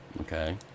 Okay